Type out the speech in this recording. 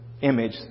image